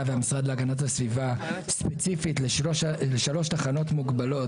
והמשרד להגנת הסביבה ספציפית לשלוש תחנות מוגבלות,